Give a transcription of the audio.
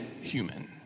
human